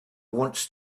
wants